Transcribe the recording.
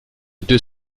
deux